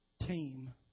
team